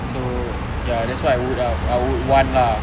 so ya that's why I would ah I would want lah